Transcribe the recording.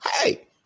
Hey